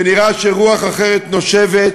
ונראה שרוח אחרת נושבת,